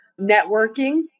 networking